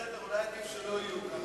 בסדר, אולי עדיף שלא יהיו.